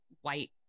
white